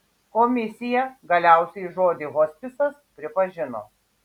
komisija galiausiai žodį hospisas pripažino